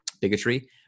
bigotry